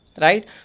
right